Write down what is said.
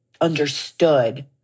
understood